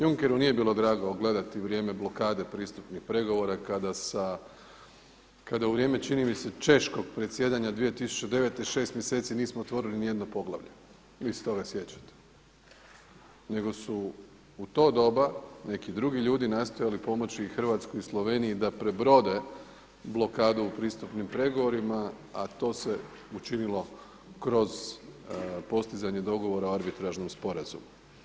Junckeru nije bilo drago gledati vrijeme blokade pristupnih pregovora kada u vrijeme, čini mi se Češkog presjedanja 2009. šest mjeseci nismo otvorili nijedno poglavlje, vi se toga sjećate nego su u to doba neki drugi ljudi nastojali pomoći Hrvatskoj i Sloveniji da prebrode blokadu u pristupnim pregovorima, a to se učinilo kroz postizanje dogovora o arbitražnom sporazumu.